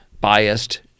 biased